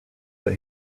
that